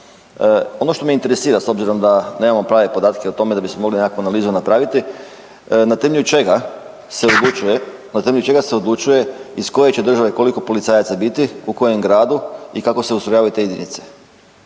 Ono što me interesira s obzirom da nemamo prave podatke o tome da bismo mogli neku analizu napraviti na temelju čega se odlučuje iz koje će države koliko policajaca biti, u kojem gradu i kako se ustrojavaju te jedinice.